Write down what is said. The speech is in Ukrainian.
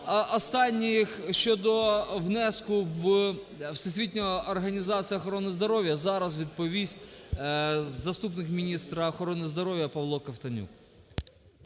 останніх… щодо внесу у Всесвітню організацію охорони здоров'я, зараз відповість заступник міністра охорони здоров'я Павло Ковтонюк.